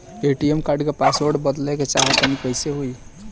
ATM card क password बदलल चाहा तानि कइसे होई?